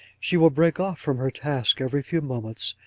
she will break off from her task every few moments,